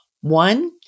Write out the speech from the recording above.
One